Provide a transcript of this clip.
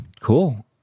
Cool